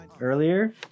earlier